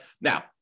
Now